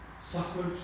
suffered